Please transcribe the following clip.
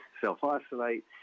self-isolate